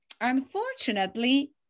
unfortunately